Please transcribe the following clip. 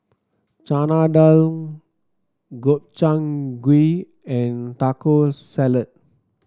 Chana Dal Gobchang Gui and Taco Salad